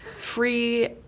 free